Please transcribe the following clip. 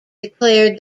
declared